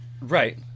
Right